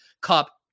cup